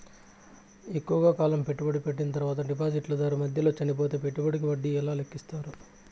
ఎక్కువగా కాలం పెట్టుబడి పెట్టిన తర్వాత డిపాజిట్లు దారు మధ్యలో చనిపోతే పెట్టుబడికి వడ్డీ ఎలా లెక్కిస్తారు?